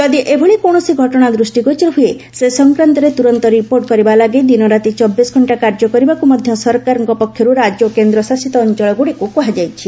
ଯଦି ଏଭଳି କୌଣସି ଘଟଣା ଦୃଷ୍ଟିଗୋଚର ହୁଏ ସେ ସଂକ୍ରାନ୍ତରେ ତୁରନ୍ତ ରିପୋର୍ଟ କରିବା ଲାଗି ଦିନରାତି ଚବିଶଘଷ୍ଟା କାର୍ଯ୍ୟ କରିବାକୁ ମଧ୍ୟ ସରକାରଙ୍କ ପକ୍ଷରୁ ରାଜ୍ୟ ଓ କେନ୍ଦ୍ରଶାସିତ ଅଞ୍ଚଳଗୁଡ଼ିକୁ କୁହାଯାଇଛି